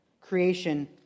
creation